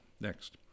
next